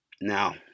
Now